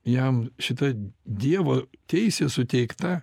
jam šita dievo teisė suteikta